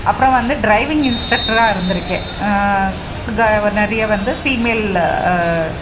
அப்புறம் வந்து டிரைவிங் இன்ஸ்ட்ரக்டராக இருந்திருக்கேன் நிறைய வந்து ஃபீமேல்